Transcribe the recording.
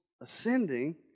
ascending